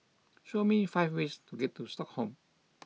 show me five ways to get to Stockholm